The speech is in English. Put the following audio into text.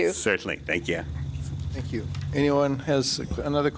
you certainly thank you thank you anyone who has another